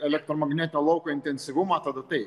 elektromagnetinio lauko intensyvumą tada taip